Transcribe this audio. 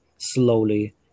slowly